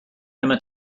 emma